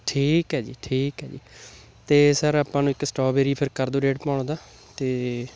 ਠੀਕ ਹੈ ਜੀ ਠੀਕ ਹੈ ਜੀ ਅਤੇ ਸਰ ਆਪਾਂ ਨੂੰ ਇੱਕ ਸਟੋਬੇਰੀ ਫਿਰ ਕਰ ਦਿਉ ਡੇਢ ਕੁ ਪਉਣ ਦਾ ਅਤੇ